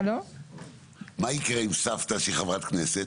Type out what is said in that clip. מה יקרה אם סבתא שהיא חברת כנסת?